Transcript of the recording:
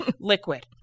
liquid